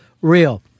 real